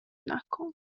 نکن